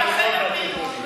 שר האוצר היה בכל בתי החולים.